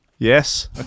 Yes